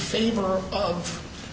favor of